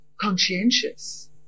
conscientious